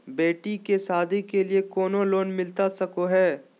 बेटी के सादी के लिए कोनो लोन मिलता सको है?